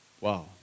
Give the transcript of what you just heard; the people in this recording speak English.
wow